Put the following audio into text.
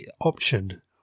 option